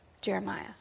Jeremiah